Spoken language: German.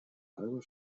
halber